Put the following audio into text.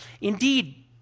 Indeed